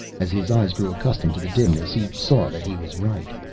as his eyes grew accustomed to the dimness, he saw that he was right.